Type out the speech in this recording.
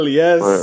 yes